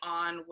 on